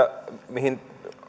mihin